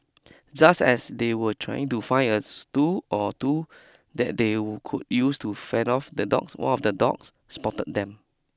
just as they were trying to find a stool or two that they will could use to fend off the dogs one of the dogs spotted them